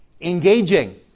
Engaging